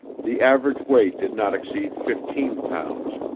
the average weight did not exceed fifteen pounds.